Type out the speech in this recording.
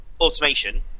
automation